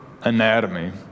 anatomy